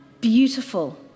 beautiful